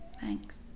Thanks